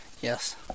Yes